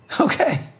Okay